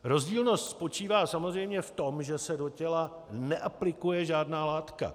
Rozdílnost spočívá samozřejmě v tom, že se do těla neaplikuje žádná látka.